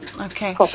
Okay